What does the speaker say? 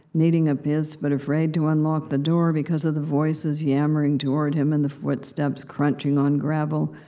needing a piss, but afraid to unlock the door because of the voices yammering toward him, and the footsteps crunching on gravel,